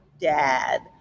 dad